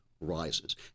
rises